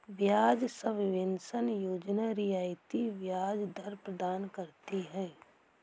ब्याज सबवेंशन योजना रियायती ब्याज दर प्रदान करती है